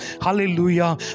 Hallelujah